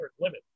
limit